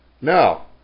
Now